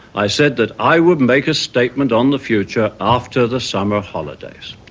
i said that i would make a statement on the future after the summer holidays.